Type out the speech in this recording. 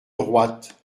droite